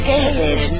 David